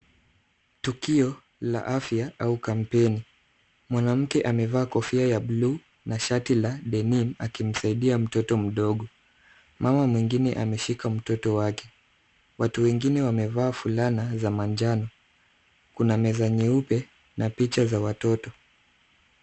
Tukio la afya au kampeni. Mwanamke amevaa kofia ya blue na shati la denim akimsaidia mtoto mdogo. Mama mwingine ameshika mtoto wake. Watu wengine wamevaa fulana za manjano. Kuna meza nyeupe na picha za watoto.